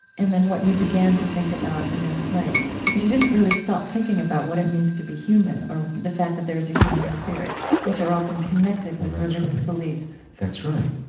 and then what you began to think about in their place? because you didn't really stop thinking about what it means to be human or the fact that there's a human spirit, which are often connected with religious beliefs well, that's right.